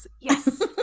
Yes